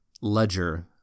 ledger